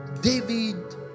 David